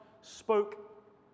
spoke